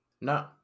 No